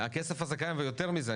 הכסף הזה קיים ויותר מזה,